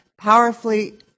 powerfully